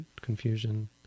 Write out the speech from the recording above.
confusion